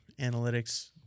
analytics